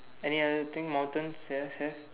any other thing mountains yes have